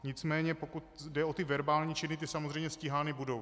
Nicméně pokud jde o ty verbální činy, ty samozřejmě stíhány budou.